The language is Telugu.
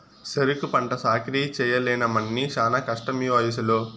సెరుకు పంట సాకిరీ చెయ్యలేనమ్మన్నీ శానా కష్టమీవయసులో